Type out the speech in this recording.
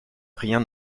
rien